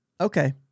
Okay